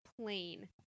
plain